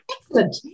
Excellent